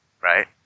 right